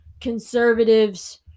Conservatives